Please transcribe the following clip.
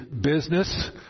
business